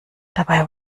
dabei